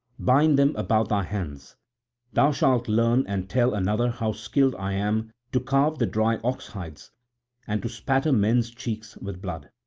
bind them about thy hands thou shalt learn and tell another how skilled i am to carve the dry oxhides and to spatter men's cheeks with blood.